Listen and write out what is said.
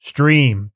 Stream